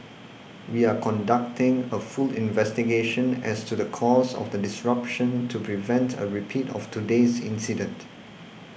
we are conducting a full investigation as to the cause of the disruption to prevent a repeat of today's incident